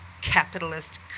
capitalist